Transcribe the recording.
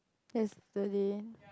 yesterday